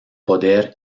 poder